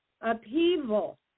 upheaval